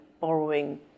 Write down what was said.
borrowing